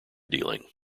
dealing